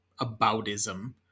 aboutism